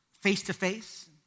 face-to-face